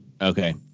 Okay